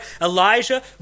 Elijah